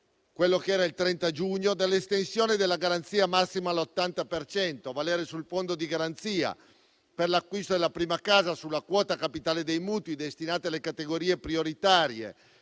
(prima era il 30 giugno) dell’estensione della garanzia massima all’80 per cento a valere sul fondo di garanzia per l’acquisto della prima casa sulla quota capitale dei mutui destinati alle categorie prioritarie,